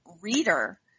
reader